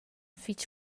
fich